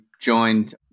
joined